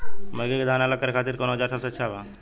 मकई के दाना अलग करे खातिर कौन औज़ार सबसे अच्छा बा?